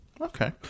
Okay